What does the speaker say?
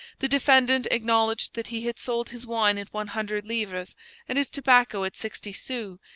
the defendant acknowledged that he had sold his wine at one hundred livres and his tobacco at sixty sous,